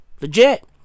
Legit